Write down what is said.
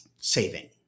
saving